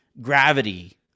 gravity